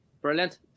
brilliant